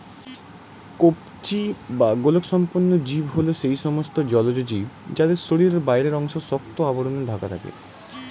কবচী বা খোলকসম্পন্ন জীব হল সেই সমস্ত জলজ জীব যাদের শরীরের বাইরের অংশ শক্ত আবরণে ঢাকা থাকে